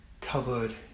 covered